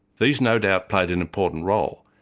these no doubt played an important role,